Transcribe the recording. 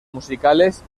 musicales